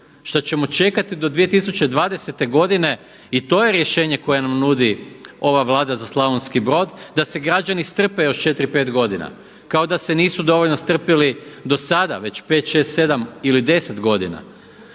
Što ćemo čekati do 2020. godine? I to je rješenje koje nam nudi ova Vlada za Slavonski Brod, da se građani strpe još 4, 5 godina? Kao da se nisu dovoljno strpjeli do sada već 5, 6, 7 ili 10 godina.